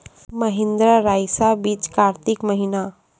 महिंद्रा रईसा बीज कार्तिक महीना?